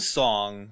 song